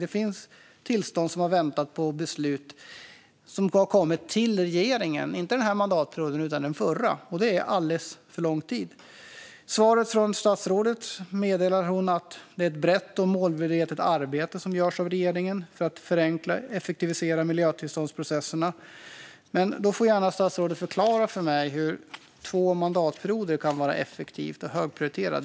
Det finns tillståndsansökningar som har väntat på regeringens beslut sedan förra mandatperioden, vilket är alldeles för lång tid. I sitt svar meddelar statsrådet att regeringens arbete för att förenkla och effektivisera miljötillståndsprocesserna är brett och målmedvetet. Statsrådet får gärna förklara för mig hur två mandatperioder kan betyda effektivt och högprioriterat.